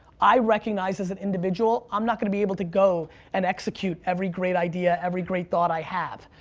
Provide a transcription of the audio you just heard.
i recognize as an individual, i'm not gonna be able to go and execute every great idea, every great thought i have.